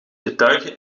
getuige